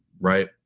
right